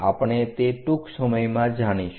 આપણે તે ટૂંક સમયમાં જાણીશું